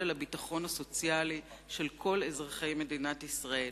על הביטחון הסוציאלי של כל אזרחי מדינת ישראל.